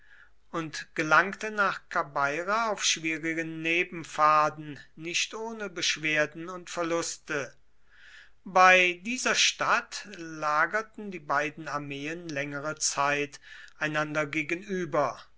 und gelangte nach kabeira auf schwierigen nebenpfaden nicht ohne beschwerden und verluste bei dieser stadt lagerten die beiden armeen längere zeit einander gegenüber